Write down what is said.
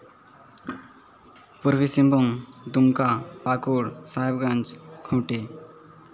Purbi Singhbhum Dumka Pakur Sahebganj Khunti